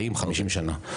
40 50 שנה.